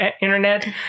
internet